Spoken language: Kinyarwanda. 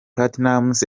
platnumz